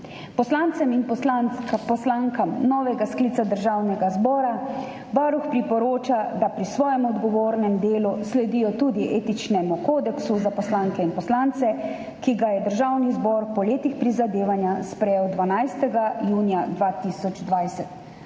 Poslancem in poslankam novega sklica Državnega zbora Varuh priporoča, da pri svojem odgovornem delu sledijo tudi Etičnemu kodeksu za poslanke in poslance, ki ga je Državni zbor po letih prizadevanj sprejel 12. junija 2020.